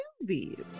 movies